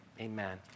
Amen